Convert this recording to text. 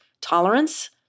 tolerance